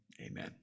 amen